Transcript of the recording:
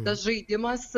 tas žaidimas